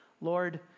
Lord